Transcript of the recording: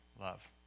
love